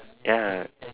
ya